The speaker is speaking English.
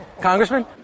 Congressman